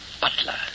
butler